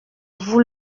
vous